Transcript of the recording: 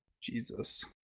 Jesus